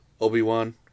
obi-wan